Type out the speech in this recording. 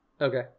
Okay